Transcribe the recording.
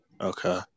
Okay